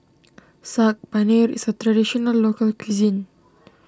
Saag Paneer is a Traditional Local Cuisine